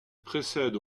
précède